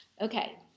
Okay